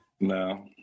No